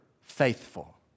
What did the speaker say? faithful